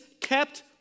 kept